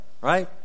right